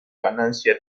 ganancia